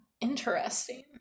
Interesting